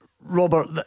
Robert